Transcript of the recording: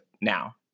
now